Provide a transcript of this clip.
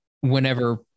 whenever